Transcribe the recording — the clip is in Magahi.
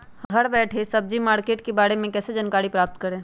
घर बैठे सब्जी मार्केट के बारे में कैसे जानकारी प्राप्त करें?